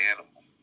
animal